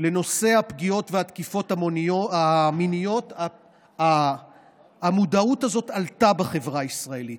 לנושא הפגיעות והתקיפות המיניות הזאת עלתה בחברה הישראלית.